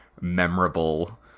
memorable